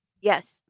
Yes